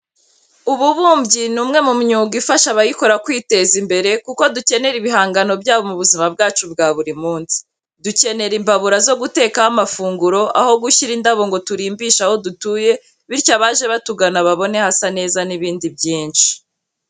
Ububumbyi ni umwe mu myuga ifasha abayikora kwiteza imbere kuko dukenera ibihangano byabo mu buzima bwacu bwa buri munsi. Dukenera imbabura zo gutekaho amafunguro, aho gushyira indabo ngo turimbishe aho dutuye bityo abaje batugana babone hasa neza n'ibindi byinshi.